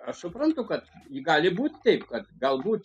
aš suprantu kad gali būt taip kad galbūt